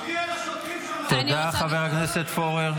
מגיע לשוטרים --- תודה, חבר הכנסת פורר.